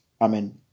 Amen